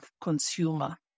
consumer